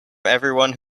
everyone